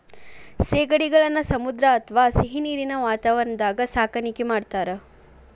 ಸೇಗಡಿಗಳನ್ನ ಸಮುದ್ರ ಅತ್ವಾ ಸಿಹಿನೇರಿನ ವಾತಾವರಣದಾಗ ಸಾಕಾಣಿಕೆ ಮಾಡ್ತಾರ